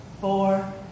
four